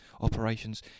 operations